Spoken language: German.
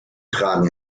tragen